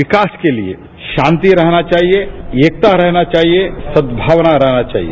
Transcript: विकास के लिए शांति रहना चाहिए एकता रहना चाहिए सद्भावना रहना चाहिए